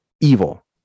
evil